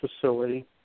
facility